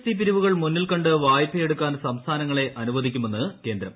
T പിരിവുകൾ മുന്നിൽക്കണ്ട് വായ്പയെടുക്കാൻ സംസ്ഥാനങ്ങളെ അനുവദിക്കുമെന്ന് കേന്ദ്രം